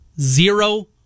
Zero